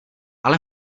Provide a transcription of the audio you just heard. ale